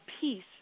peace